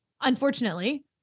unfortunately